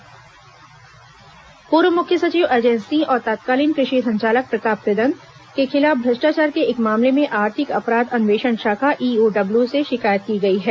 EOW शिकायत पूर्व मुख्य सचिव अजय सिंह और तत्कालीन कृषि संचालक प्रताप कृदत्त के खिलाफ भ्रष्टाचार के एक मामले में आर्थिक अपराध अन्वेषण शाखा ईओडब्ल्यू से शिकायत की गई है